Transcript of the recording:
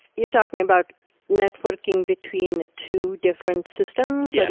you're talking about networking between two different systems, yeah